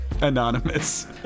Anonymous